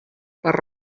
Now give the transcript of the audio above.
per